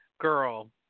Girl